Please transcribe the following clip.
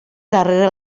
darrere